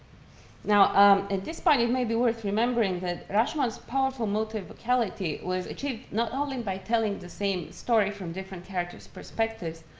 now at this point it may be worth remembering that rashomon's powerful motif vocality was achieved not only by telling the same story from different characters' perspectives,